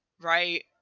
right